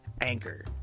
Anchor